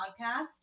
podcast